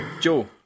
Joe